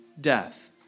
death